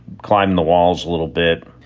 climbing the walls a little bit.